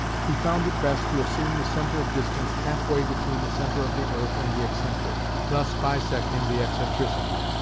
he found it best to assume the centre of distance half-way between the centre of the earth and the excentric, thus bisecting the excentricity.